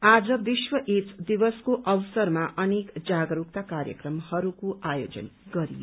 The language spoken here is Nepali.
आज विश्व एड्स दिवसको अवसरमा अनेक जागरूकता कार्यक्रमहरूको आयोजन गरियो